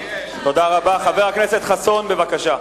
חבר הכנסת חסון, בבקשה.